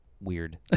weird